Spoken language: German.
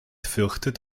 fürchtet